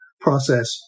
process